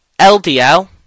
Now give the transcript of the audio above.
LDL